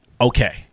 okay